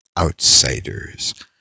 outsiders